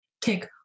take